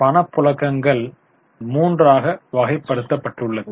பணப்புழக்கங்கள் மூன்றாக வகைப்படுத்தப்பட்டுள்ளது